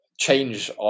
change